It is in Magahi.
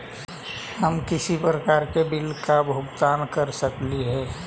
हम किसी भी प्रकार का बिल का भुगतान कर सकली हे?